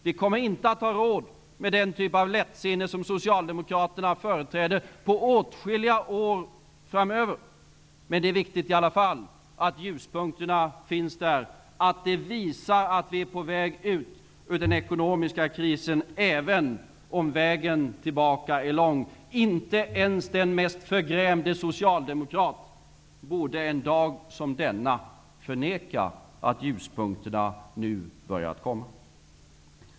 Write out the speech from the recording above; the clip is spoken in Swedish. Vi kommer inte på åtskilliga år framöver att ha råd med den typ av lättsinne som Socialdemokraterna företräder. Men det är i alla fall viktigt att ljuspunkterna finns där och att vi visar att vi är på väg ut ur den ekonomiska krisen, även om vägen tillbaka är lång. Inte ens den mest förgrämde socialdemokrat borde en dag som denna förneka att ljuspunkterna har börjat komma.